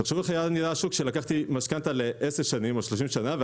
תחשבו איך נראה השוק כשלקחתי משכנתה לעשר שנים או לשלושים שנים,